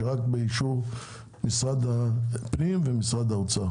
שרק באישור משרד הפנים ומשרד התחבורה.